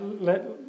let